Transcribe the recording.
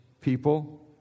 people